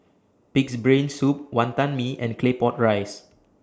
Pig'S Brain Soup Wantan Mee and Claypot Rice